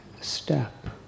step